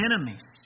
enemies